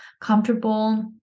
comfortable